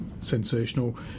sensational